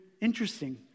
interesting